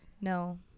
No